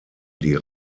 die